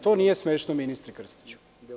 To nije smešno, ministre Krstiću.